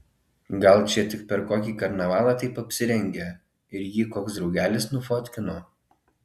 gal čia tik per kokį karnavalą taip apsirengė ir jį koks draugelis nufotkino